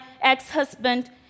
ex-husband